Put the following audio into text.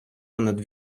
понад